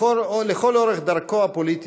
לכל אורך דרכו הפוליטית,